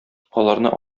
аларны